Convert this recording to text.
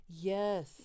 yes